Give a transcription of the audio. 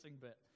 bit